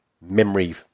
memory